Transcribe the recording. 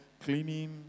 cleaning